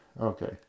okay